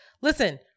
Listen